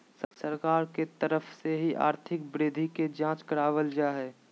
सरकार के तरफ से ही आर्थिक वृद्धि के जांच करावल जा हय